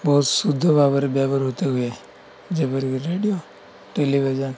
ବହୁତ ଶୁଦ୍ଧ ଭାବରେ ବ୍ୟବହୃତ ହୁଏ ଯେପରିକି ରେଡ଼ିଓ ଟେଲିଭିଜନ